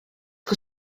que